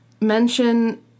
mention